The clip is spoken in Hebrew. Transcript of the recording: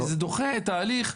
זה דוחה את ההליך,